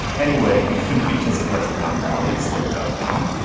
any way you can reach us at lexicon valley at slate dot com,